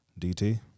DT